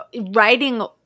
writing